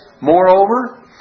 Moreover